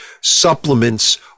supplements